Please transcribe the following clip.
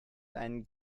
einen